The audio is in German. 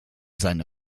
seine